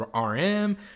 RM